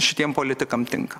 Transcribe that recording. šitiem politikam tinka